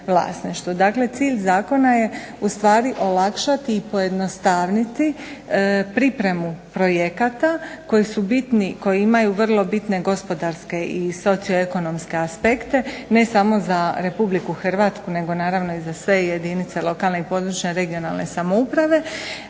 Dakle, cilj zakona je ustvari olakšati i pojednostaviti pripremu projekata koji su bitni, koji imaju vrlo bitne gospodarske i socioekonomske aspekte ne samo za Republiku Hrvatsku nego naravno i za sve jedinice lokalne i područne (regionalne) samouprave,